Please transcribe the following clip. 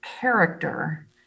character